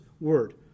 word